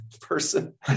person